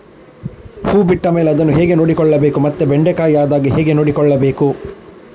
ಹೂ ಬಿಟ್ಟ ಮೇಲೆ ಅದನ್ನು ಹೇಗೆ ನೋಡಿಕೊಳ್ಳಬೇಕು ಮತ್ತೆ ಬೆಂಡೆ ಕಾಯಿ ಆದಾಗ ಹೇಗೆ ನೋಡಿಕೊಳ್ಳಬೇಕು?